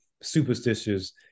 superstitious